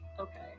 Okay